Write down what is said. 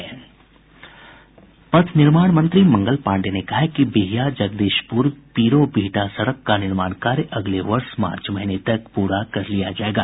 पथ निर्माण मंत्री मंगल पांडेय ने कहा है कि बिहिया जगदीशपुर पीरो बिहटा पथ का निर्माण कार्य अगले वर्ष मार्च महीने तक पूरा कर लिया जायेगा